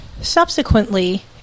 subsequently